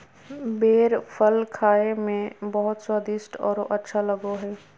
बेर फल खाए में बहुत स्वादिस्ट औरो अच्छा लगो हइ